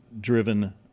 driven